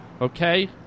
okay